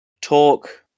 talk